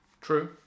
True